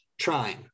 trying